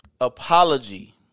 Apology